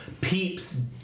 peeps